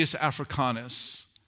Africanus